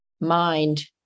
mind